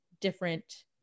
different